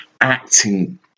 acting